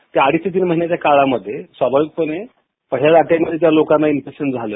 त्या अडीच ते तीन महिन्यांच्या काळामध्ये स्वाभाविकपणे पहिल्या लाटेमध्ये ज्या लोकांना इन्फेक्शन झालं